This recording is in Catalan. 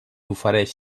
ofereix